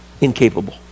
Incapable